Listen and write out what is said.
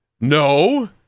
No